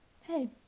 hey